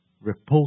Repulsive